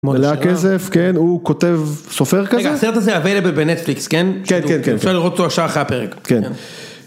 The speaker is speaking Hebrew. מלא כסף כן הוא כותב סופר כזה, רגע הסרט הזה available בנטפליקס כן, כן כן כן, אפשר לראות אותו שעה אחרי הפרק, כן.